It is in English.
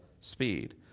speed